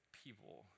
people